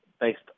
based